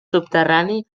subterrani